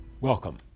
Welcome